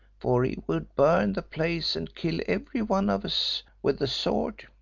for he would burn the place and kill every one of us with the sword.